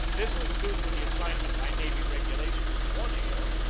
this was due to the assignment by navy regulations of one air,